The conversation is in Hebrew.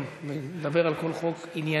הוא גם מדבר על כל חוק עניינית,